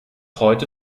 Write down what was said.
heute